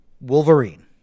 Wolverine